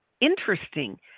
interesting